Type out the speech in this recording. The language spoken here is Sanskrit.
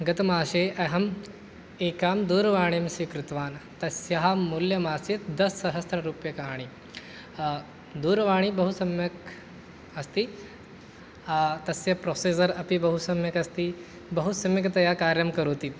विगतमासे अहं एकां दूरवाणीं स्वीकृतवान् तस्याः मूल्यम् आसीत् दशसहस्ररूप्यकाणि दूरवाणी बहुसम्यक् अस्ति तस्य प्रोसेसर् अपि बहुसम्यक् अस्ति बहुसम्यक्तया कार्यं करोति